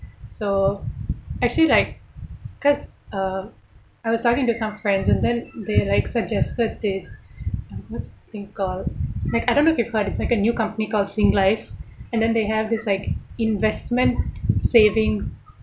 so actually like cause uh I was talking to some friends and then they like suggested this uh what's this thing called like I don't know if you've heard it's like a new company called singlife and then they have this like investment savings